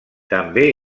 també